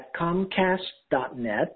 comcast.net